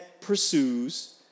pursues